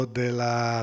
della